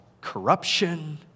corruption